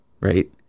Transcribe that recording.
right